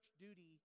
duty